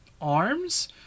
arms